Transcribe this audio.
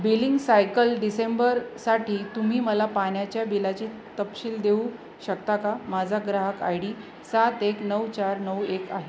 billing cycle डिसेंबरसाठी तुम्ही मला पाण्याच्या बिलाची तपशील देऊ शकता का माझा ग्राहक आय डी सात एक नऊ चार नऊ एक आहे